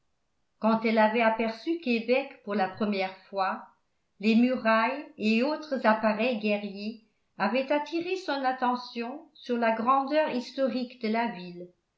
quand elle avait aperçu québec pour la première fois les murailles et autres appareils guerriers avaient attiré son attention sur la grandeur historique de la ville